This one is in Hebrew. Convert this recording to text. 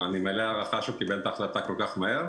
אני מלא הערכה שהוא קיבל את ההחלטה כל כך מהר.